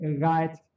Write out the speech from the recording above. right